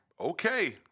okay